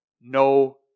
No